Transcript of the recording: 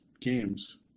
games